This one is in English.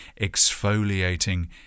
exfoliating